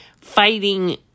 fighting